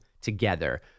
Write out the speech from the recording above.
together